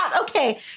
Okay